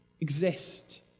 exist